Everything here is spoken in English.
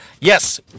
Yes